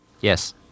Yes